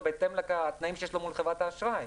בהתאם לתנאים שיש לו מול חברת האשראי.